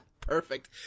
Perfect